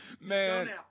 Man